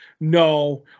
no